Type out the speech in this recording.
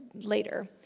later